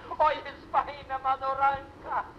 o jis paėmė mano ranką